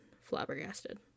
flabbergasted